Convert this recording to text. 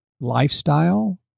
lifestyle